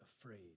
afraid